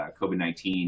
COVID-19